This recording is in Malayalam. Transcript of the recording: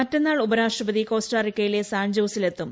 മറ്റന്നാൾ ഉപരാഷ്ട്രപതി കോസ്റ്ററിക്കയിലെ സാൻജോസിൽ എത്തും